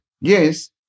Yes